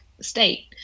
state